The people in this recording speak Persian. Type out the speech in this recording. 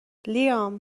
لیام